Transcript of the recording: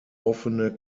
offene